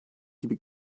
gibi